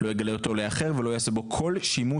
לא יגלה אותו לאחר ולא יעשה בו כל שימוש,